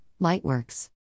Lightworks